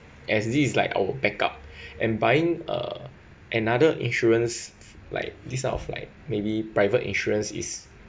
as this is like our backup and buying uh another insurance like this kind of like maybe private insurance is